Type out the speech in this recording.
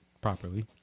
properly